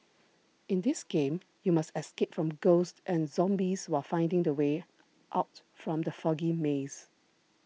in this game you must escape from ghosts and zombies while finding the way out from the foggy maze